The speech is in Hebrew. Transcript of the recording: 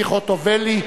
ציפי חוטובלי.